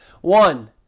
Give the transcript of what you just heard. One